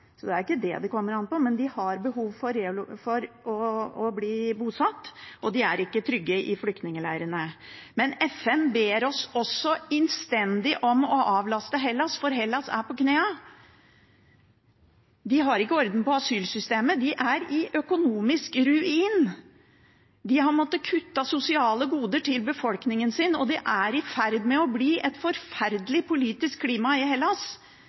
så det er ikke det det kommer an på, men de har behov for å bli bosatt, og de er ikke trygge i flyktningleirene. FN ber oss også innstendig om å avlaste Hellas, for Hellas er på knærne. De har ikke orden på asylsystemet. De er i økonomisk ruin. De har måttet kutte sosiale goder til befolkningen sin, og det er i ferd med å bli et forferdelig politisk klima i Hellas,